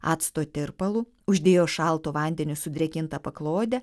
acto tirpalu uždėjo šalto vandenio sudrėkintą paklodę